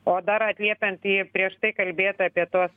o dar atliepiant į prieš tai kalbėtą apie tuos